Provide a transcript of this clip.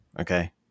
Okay